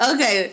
Okay